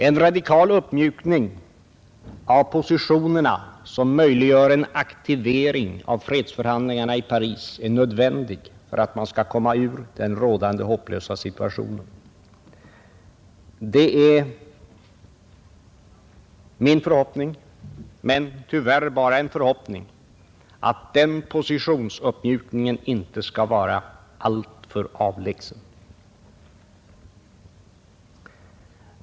En radikal uppmjukning av positionerna som möjliggör en aktivering av fredsförhandlingarna i Paris är nödvändig för att man skall komma ur den rådande hopplösa situationen. Det är min förhoppning, men tyvärr bara en förhoppning, att den positionsuppmjukningen inte skall vara alltför avlägsen.